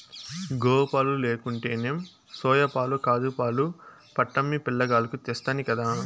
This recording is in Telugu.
గోవుపాలు లేకుంటేనేం సోయాపాలు కాజూపాలు పట్టమ్మి పిలగాల్లకు తెస్తినిగదా